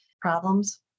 problems